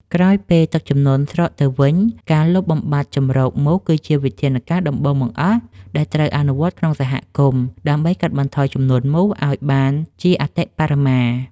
ក្រោយពេលទឹកជំនន់ស្រកទៅវិញ ការលុបបំបាត់ជម្រកមូសគឺជាវិធានការដំបូងបង្អស់ដែលត្រូវអនុវត្តក្នុងសហគមន៍ ដើម្បីកាត់បន្ថយចំនួនមូសឱ្យបានជាអតិបរមា។